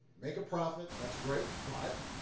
make a profit, that's great, but